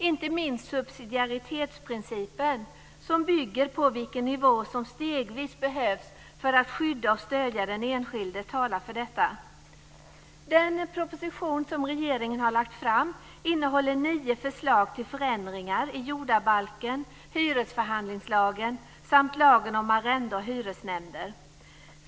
Inte minst subsidiaritetsprincipen, som bygger på vilken nivå som stegvis behövs för att skydda och stödja den enskilde, talar för detta. Den proposition som regeringen har lagt fram innehåller nio förslag till förändringar i jordabalken, hyresförhandlingslagen samt lagen om arrende och hyresnämnder.